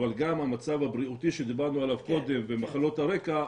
אבל גם המצב הבריאותי שדיברנו עליו קודם ומחלות הרקע,